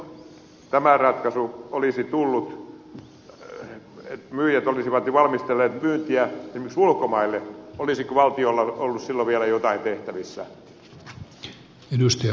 jos tämä ratkaisu olisi tullut että myyjät olisivat jo valmistelleet myyntiä esimerkiksi ulkomaille olisiko valtiolla ollut silloin vielä jotain tehtävissä